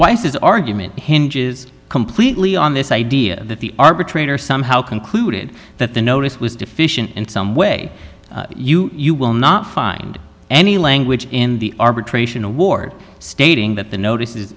his argument hinges completely on this idea that the arbitrator somehow concluded that the notice was deficient in some way you you will not find any language in the arbitration award stating that the notice